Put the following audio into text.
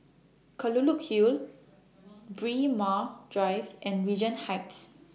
Kelulut Hill Braemar Drive and Regent Heights